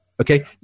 Okay